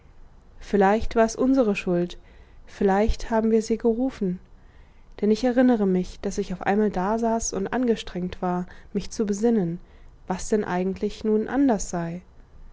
vielleicht war es unsere schuld vielleicht haben wir sie gerufen denn ich erinnere mich daß ich auf einmal dasaß und angestrengt war mich zu besinnen was denn eigentlich nun anders sei